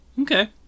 Okay